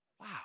Wow